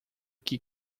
que